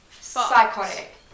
psychotic